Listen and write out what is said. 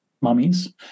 mummies